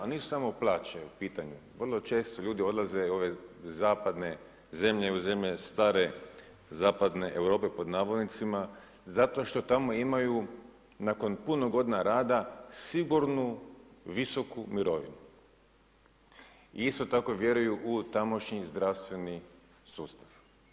Ali nisu samo plaće u pitanju, vrlo često ljudi odlaze u ove zapadne zemlje u zemlje „stare Zapadne Europe“ zato što tamo imaju nakon puno godina rada sigurnu visoku mirovinu i isto tako vjeruju u tamošnji zdravstveni sustav.